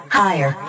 higher